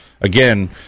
again